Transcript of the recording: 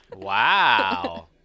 Wow